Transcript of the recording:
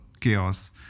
chaos